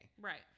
Right